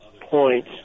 point